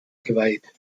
geweiht